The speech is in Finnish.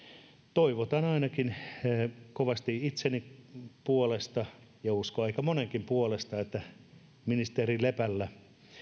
toivotan ainakin kovasti itseni puolesta ja uskon että aika monenkin puolesta että ministeri lepällä